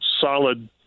solid